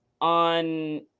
on